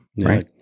right